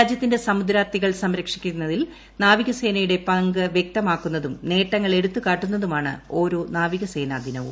രാജ്യത്തിന്റെ സമുദ്രാതിർത്തികൾ സംരക്ഷിക്കുന്നതിൽ നാവികസേനയുടെ പങ്ക് വ്യക്തമാക്കുന്നതും നേട്ടങ്ങൾ എടുത്തുകാട്ടുന്നതുമാണ് ഓരോ നാവികദിനവും